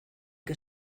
que